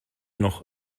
noch